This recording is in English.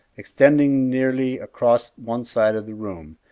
extending nearly across one side of the room,